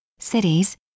cities